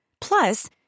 Plus